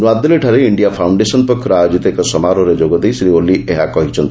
ନୂଆଦିଲ୍ଲୀଠାରେ India foundation ପକ୍ଷରୁ ଆୟୋଜିତ ଏକ ସମାରୋହରେ ଯୋଗଦେଇ ଶ୍ରୀ ଓଲି ଏହା କହିଛନ୍ତି